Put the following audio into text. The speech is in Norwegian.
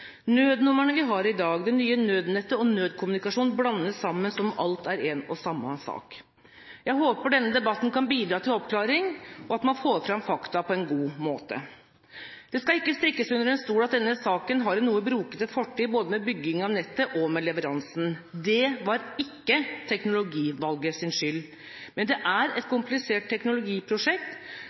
vi har i dag, det nye nødnettet og nødkommunikasjon blandes sammen som om alt er en og samme sak. Jeg håper denne debatten kan bidra til oppklaring, og at man får fram fakta på en god måte. Det skal ikke stikkes under stol av denne saken har en noe brokete fortid både med bygging av nettet og med leveransen. Det var ikke teknologiutvalgets skyld. Men det er et komplisert teknologiprosjekt